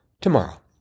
tomorrow